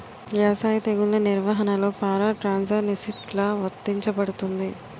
వ్యవసాయ తెగుళ్ల నిర్వహణలో పారాట్రాన్స్జెనిసిస్ఎ లా వర్తించబడుతుంది?